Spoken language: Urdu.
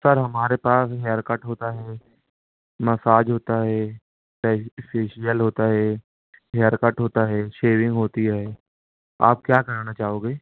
سر ہمارے پاس ہیئر کٹ ہوتا ہے مساج ہوتا ہے فیشیل ہوتا ہے ہیئر کٹ ہوتا ہے شیونگ ہوتی ہے آپ کیا کرانا چاہو گے